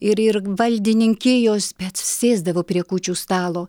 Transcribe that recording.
ir ir valdininkijos atsisėsdavo prie kūčių stalo